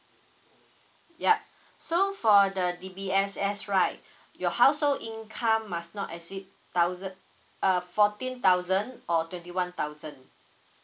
yup so for the D_B_S_S right your household income must not exceed thousand ah fourteen thousand or twenty one thousand